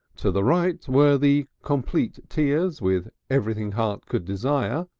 to the right were the complete tea-ers with everything heart could desire,